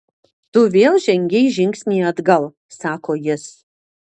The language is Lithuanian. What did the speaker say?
tu vėl žengei žingsnį atgal sako jis